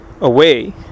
away